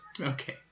Okay